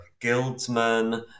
guildsmen